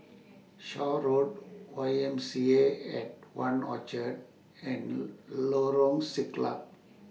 Shaw Road Y M C A At one Orchard and Lorong Siglap